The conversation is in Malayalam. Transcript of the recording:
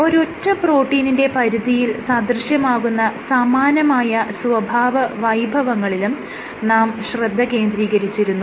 ഒരൊറ്റ പ്രോട്ടീനിന്റെ പരിധിയിൽ സദൃശ്യമാകുന്ന സമാനമായ സ്വഭാവ വൈഭവങ്ങളിലും നാം ശ്രദ്ധ കേന്ദ്രീകരിച്ചിരുന്നു